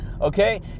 okay